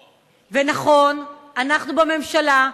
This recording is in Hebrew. נכון, אנחנו בממשלה,